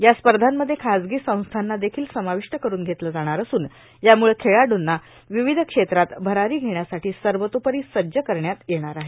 या स्पर्धांमध्ये खाजगी संस्थांना देखील समाविष्ट करून घेतलं जाणार असून यामुळं खेळाडूंना विविध क्षेत्रात भरारी घेण्यासाठी सर्वतोपरी सज्ज करण्यात येणार आहे